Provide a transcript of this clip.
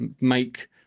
make